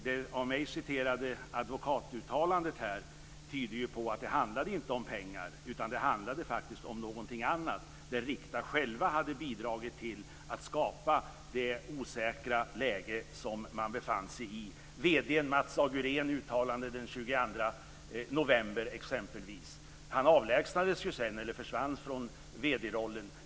Det av mig citerade advokatuttalandet tyder ju på att det inte handlade om pengar utan att det faktiskt handlade om någonting annat där Rikta självt hade bidragit till att skapa det osäkra läge som man befann sig i, t.ex. verkställande direktören Mats Aguréns uttalande den 22 november. Han avlägsnades ju sedan, eller försvann, från vd-rollen.